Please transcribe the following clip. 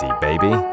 baby